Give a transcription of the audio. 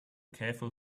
careful